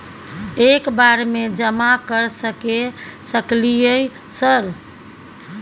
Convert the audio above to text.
एक बार में जमा कर सके सकलियै सर?